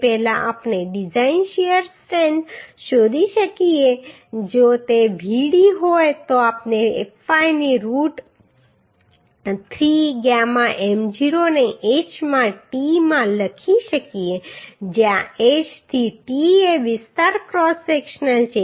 તો પહેલા આપણે ડિઝાઇન શીયર સ્ટ્રેન્થ શોધી શકીએ જો તે Vd હોય તો આપણે fy ને રૂટ 3 ગામા m0 ને h માં t માં લખી શકીએ જ્યાં h થી t એ વિસ્તાર ક્રોસ સેક્શનલ છે